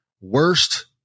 Worst